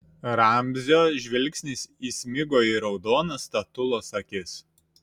ramzio žvilgsnis įsmigo į raudonas statulos akis